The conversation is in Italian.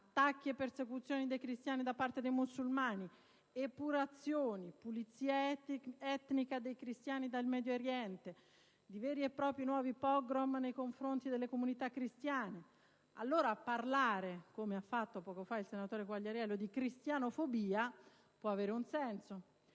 «attacchi e persecuzioni dei cristiani da parte dei musulmani», di «epurazioni», di «pulizia etnica» dei cristiani dal Medio Oriente, di veri e propri nuovi *pogrom* nei confronti delle comunità cristiane, allora parlare - come ha fatto poco fa il senatore Quagliariello - di «cristianofobia» può avere un senso